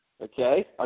okay